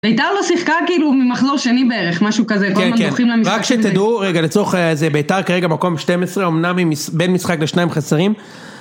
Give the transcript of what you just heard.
ביתר לא שיחקה, כאילו ממחזור שני בערך, משהו כזה, כל מה דוחים למשחק שם זה שחק. כן כן רק שתדעו, רגע, לצלוח איזה ביתר כרגע במקום 12, אמנם היא בין משחק לשניים חסרים.